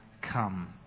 come